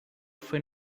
foi